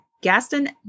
Gaston